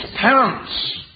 parents